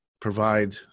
provide